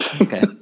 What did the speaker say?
okay